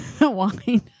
wine